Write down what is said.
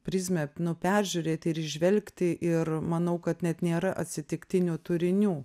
prizmę peržiūrėt ir įžvelgti ir manau kad net nėra atsitiktinių turinių